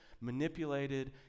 manipulated